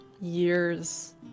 years